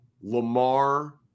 Lamar